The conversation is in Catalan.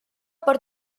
per